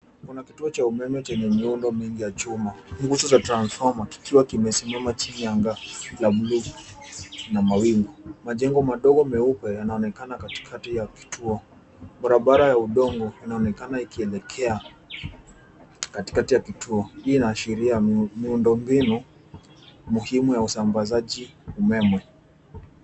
Kuna kituo cha umeme chenye miundo mingi za chuma. Nguzo za transformer (cs) kikiwa kimesimama chini ya anga la bluu na mawingu. Majengo mandogo meupe, yanaonekana katikati ya kituo. Barabara ya udongo inaonekana ikielekea katikati ya kituo. Hii inaashiria muundo mbinu muhimu ya usambazaji umeme.